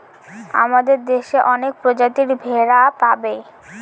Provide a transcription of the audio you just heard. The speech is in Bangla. আমাদের দেশে অনেক প্রজাতির ভেড়া পাবে